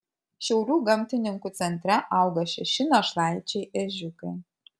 šiaulių gamtininkų centre auga šeši našlaičiai ežiukai